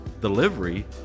delivery